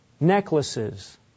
necklaces